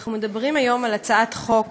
אנחנו מדברים היום על הצעת חוק